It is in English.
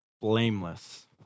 Blameless